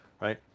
right